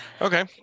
okay